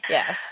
Yes